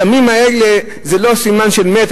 הדמים האלה זה לא סימן של מת,